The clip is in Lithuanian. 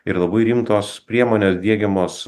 ir labai rimtos priemonės diegiamos